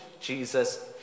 Jesus